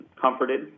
comforted